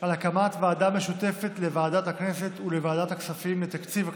על הקמת ועדה משותפת לוועדת הכנסת ולוועדת הכספים לתקציב הכנסת.